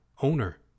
owner